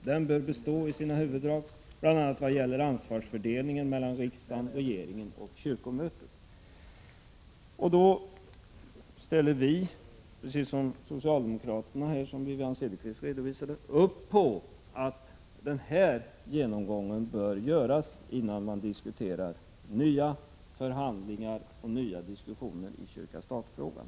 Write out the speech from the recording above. Den bör bestå i sina huvuddrag, bl.a. vad gäller ansvarsfördelningen mellan riksdagen, regeringen och kyrkomötet.” Vi menar, som Wivi-Anne Cederqvist också sade, att den här genomgången bör göras, innan det börjar nya diskussioner och förhandlingar i stat-kyrka-frågan.